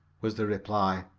was the reply.